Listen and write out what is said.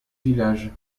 village